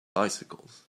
bicycles